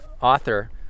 author